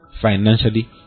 Financially